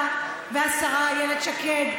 אתה והשרה איילת שקד,